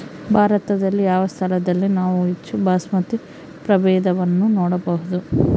ಭಾರತದಲ್ಲಿ ಯಾವ ಸ್ಥಳದಲ್ಲಿ ನಾವು ಹೆಚ್ಚು ಬಾಸ್ಮತಿ ಪ್ರಭೇದವನ್ನು ನೋಡಬಹುದು?